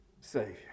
Savior